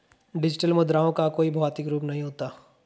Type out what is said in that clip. digital मुद्राओं का कोई भौतिक रूप नहीं होता